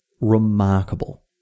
remarkable